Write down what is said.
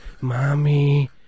Mommy